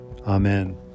Amen